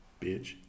Bitch